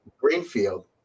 greenfield